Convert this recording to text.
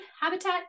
habitat